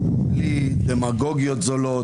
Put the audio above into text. בלי דמגוגיות זולות,